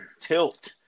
tilt